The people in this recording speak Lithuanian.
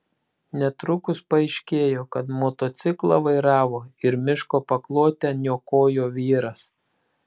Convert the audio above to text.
netrukus paaiškėjo kad motociklą vairavo ir miško paklotę niokojo vyras